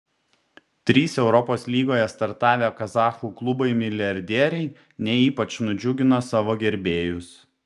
trys europos lygoje startavę kazachų klubai milijardieriai ne ypač nudžiugino savo gerbėjus